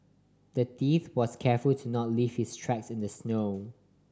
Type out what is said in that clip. the thief was careful to not leave his tracks in the snow